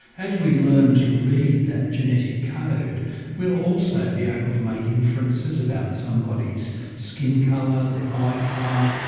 as we learn to read that genetic code, we will also be able to make inferences about somebody's skin colour, their eye colour,